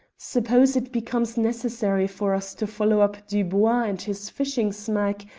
suppose it becomes necessary for us to follow up dubois and his fishing-smack,